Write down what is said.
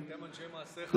אתם אנשי מעשה חבלה.